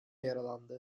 yaralandı